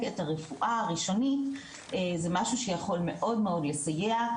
את הרפואה הראשונית זה משהו שיכול מאוד מאוד לסייע.